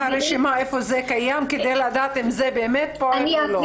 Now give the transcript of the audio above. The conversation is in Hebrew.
הרשימה איפה זה קיים כדי לדעת אם זה באמת פועל או לא.